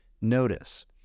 Notice